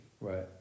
Right